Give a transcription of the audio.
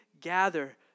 gather